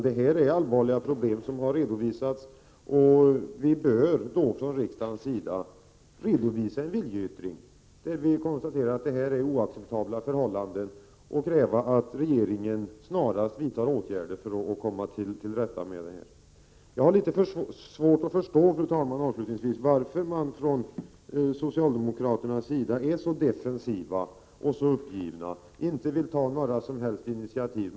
Det här är allvarliga problem, och då bör vi från riksdagens sida redovisa en viljeyttring, där vi konstaterar att förhållandena är oacceptabla och kräver att regeringen snarast vidtar åtgärder för att komma till rätta med problemen. Jag har avslutningsvis, fru talman, litet svårt att förstå varför socialdemokraterna är så defensiva och uppgivna, att de inte vill ta några som helst initiativ.